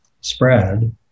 spread